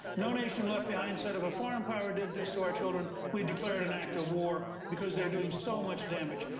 no nation left behind said if a foreign power did this to our children, we'd declare it an act of war because they're doing so much damage.